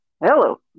Hello